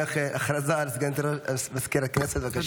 כן, הודעה לסגנית מזכיר הכנסת, בבקשה.